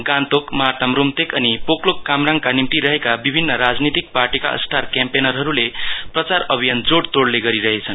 गान्तोक मार्ताम रुम्तोक अनि पोकलोक कामराङका निम्ति रहेका विभिन्न राजनितिक पार्टीका स्टार क्याम्पेनरहरुले प्रचार अभियान जोइतोइले गरिरहे छन्